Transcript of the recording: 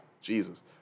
Jesus